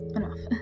enough